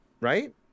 Right